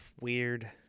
weird